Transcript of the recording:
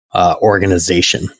organization